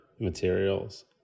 materials